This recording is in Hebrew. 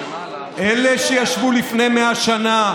אלה שישבו בסן רמו לפני 100 שנה,